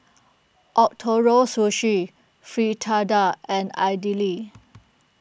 Ootoro Sushi Fritada and Idili